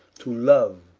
to loue,